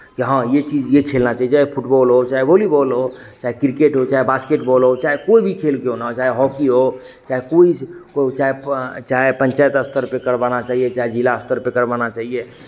कि हाँ ये चीज़ ये खेलना चहिए चाहे फुटबॉल हो चाहे वॉलीबॉल हो चाहे क्रिकेट हो चाहे बास्केटबॉल हो चाहे कोई भी खेल क्यों ना हो चाहे हॉकी हो चाहे कोई स कोई चाहे चाहे पंचायत स्तर पे करवाना चहिए चाहे जिला स्तर पे करवाना चहिए